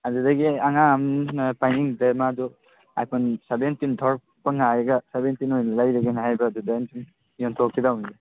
ꯑꯗꯨꯗꯒꯤ ꯑꯉꯥꯡ ꯑꯃꯅ ꯄꯥꯏꯅꯤꯡꯗ꯭ꯔꯦ ꯃꯥꯗꯨ ꯑꯥꯏ ꯐꯣꯟ ꯁꯕꯦꯟꯇꯤꯟ ꯊꯣꯛꯂꯛꯄ ꯉꯥꯏꯔꯒ ꯁꯕꯦꯟꯇꯤꯟ ꯑꯣꯏꯅ ꯂꯩꯔꯒꯦ ꯍꯥꯏꯕ ꯑꯗꯨꯗ ꯑꯩꯅ ꯁꯨꯝ ꯌꯣꯟꯊꯣꯛꯀꯦ ꯇꯧꯅꯤꯗ